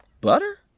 Butter